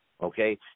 Okay